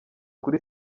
kuri